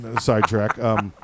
sidetrack